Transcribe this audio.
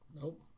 Nope